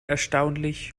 erstaunlich